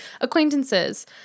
Acquaintances